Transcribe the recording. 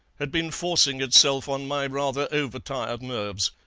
had been forcing itself on my rather over-tired nerves.